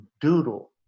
doodle